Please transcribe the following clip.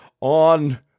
on